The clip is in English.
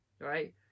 right